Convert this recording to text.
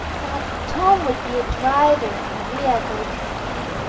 now tom would be a driver and maria go to sea,